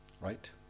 Right